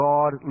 God